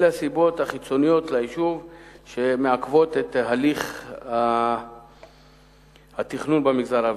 אלה הסיבות החיצוניות ליישוב שמעכבות את הליך התכנון במגזר הערבי,